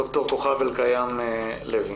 ד"ר כוכב אלקיים לוי